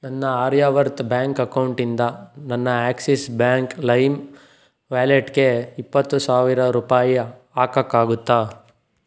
ನನ್ನ ಆರ್ಯಾವರ್ತ್ ಬ್ಯಾಂಕ್ ಅಕೌಂಟಿಂದ ನನ್ನ ಆಕ್ಸಿಸ್ ಬ್ಯಾಂಕ್ ಲೈಮ್ ವ್ಯಾಲೆಟ್ಗೆ ಇಪ್ಪತ್ತು ಸಾವಿರ ರೂಪಾಯಿ ಹಾಕೋಕ್ಕಾಗುತ್ತಾ